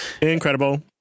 incredible